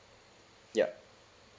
ya